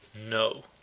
No